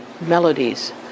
melodies